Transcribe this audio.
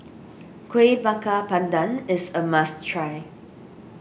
Kueh Bakar Pandan is a must try